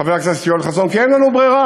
חבר הכנסת יואל חסון, כי אין לנו ברירה.